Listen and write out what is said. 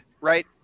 right